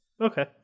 Okay